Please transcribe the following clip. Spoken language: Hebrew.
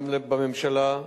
וגם בממשלה,